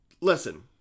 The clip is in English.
listen